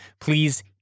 Please